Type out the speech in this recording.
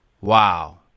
Wow